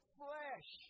flesh